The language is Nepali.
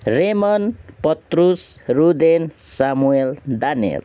रेमन पत्रुस रुदेन सामुएल डानियल